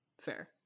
fair